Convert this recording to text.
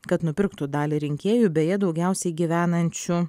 kad nupirktų dalį rinkėjų beje daugiausiai gyvenančių